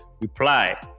reply